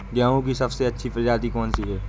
गेहूँ की सबसे अच्छी प्रजाति कौन सी है?